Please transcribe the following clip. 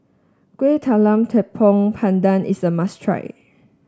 Kueh Talam Tepong Pandan is a must try